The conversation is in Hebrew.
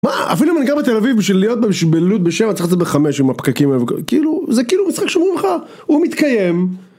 מה אפילו אם אני גר בתל אביב בשביל להיות ... בלוד בשבע אני צריך לצאת בחמש עם הפקקים כאילו זה כאילו משחק שאמרו לך הוא מתקיים.